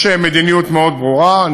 יש מדיניות ברורה מאוד.